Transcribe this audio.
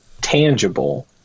tangible